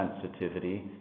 sensitivity